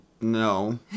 No